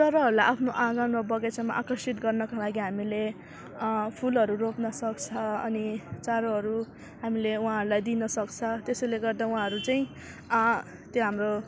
चराहरूलाई आफ्नो आँगनमा बगैँचामा आकर्षित गर्नका लागि हामीले फुलहरू रोप्न सक्छ अनि चारोहरू हामीले उहाँहरूलाई दिनु सक्छ त्यसैले गर्दा उहाँहरू चाहिँ त्यो हाम्रो